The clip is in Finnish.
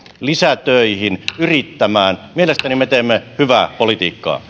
lisätöihin yrittämään mielestäni me teemme hyvää politiikkaa